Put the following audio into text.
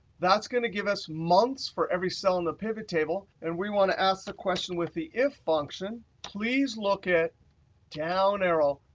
that's going to give us months for every cell in the pivot table. and we want to ask the question with the if function, please look at down arrow,